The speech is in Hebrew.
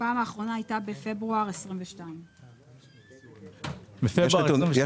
הפעם האחרונה הייתה בפברואר 2022. איציק חן,